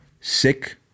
sick